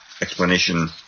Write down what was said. explanation